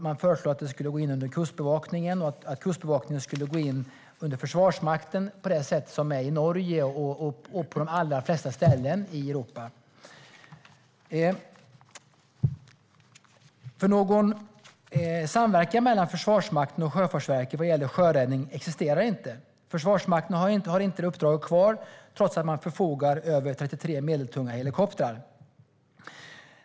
Det föreslås att detta skulle gå in under Kustbevakningen och att Kustbevakningen skulle gå in under Försvarsmakten på det sätt som är fallet i Norge och på de allra flesta ställen i Europa. Någon samverkan mellan Försvarsmakten och Sjöfartsverket vad gäller sjöräddning existerar inte. Försvarsmakten har inte det uppdraget kvar, trots att man förfogar över 33 medeltunga helikoptrar.